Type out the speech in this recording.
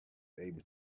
able